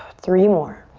three more.